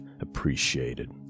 appreciated